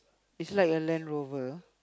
is like a land rover